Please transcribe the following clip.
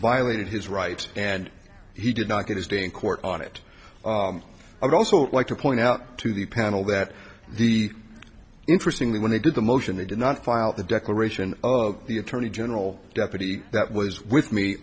violated his rights and he did not get his day in court on it i'd also like to point out to the panel that the interesting that when they did the motion they did not file the declaration of the attorney general deputy that was with me